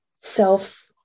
self